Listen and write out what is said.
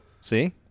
See